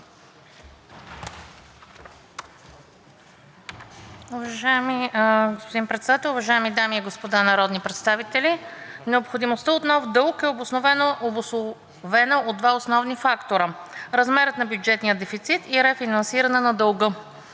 Уважаеми господин Председател, уважаеми дами и господа народни представители! Необходимостта от нов дълг е обусловена от два основни фактора: размера на бюджетния дефицит и рефинансиране на дълга.